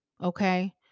Okay